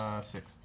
Six